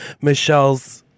michelle's